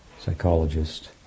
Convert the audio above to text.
psychologist